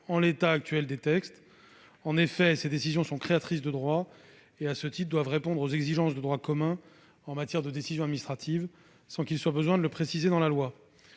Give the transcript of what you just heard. en l'état actuel des textes. En effet, ces décisions sont créatrices de droits et, à ce titre, doivent répondre aux exigences de droit commun applicables aux décisions administratives, sans qu'il soit besoin de le préciser dans la loi.